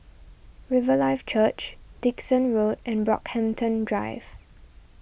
Riverlife Church Dickson Road and Brockhampton Drive